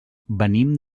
venim